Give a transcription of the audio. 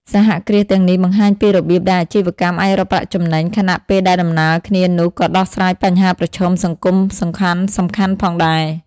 សហគ្រាសទាំងនេះបង្ហាញពីរបៀបដែលអាជីវកម្មអាចរកប្រាក់ចំណេញ ខណៈពេលដំណាលគ្នានោះក៏ដោះស្រាយបញ្ហាប្រឈមសង្គមសំខាន់ៗផងដែរ ។